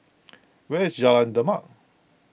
where is Jalan Demak